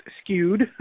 skewed